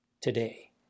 today